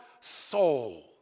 soul